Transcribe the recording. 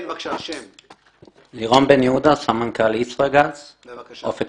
אני לירון בן יהודה, סמנכ"ל ישראגז (אופק)